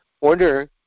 order